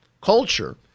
Culture